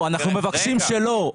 אנחנו מבקשים שלא.